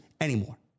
anymore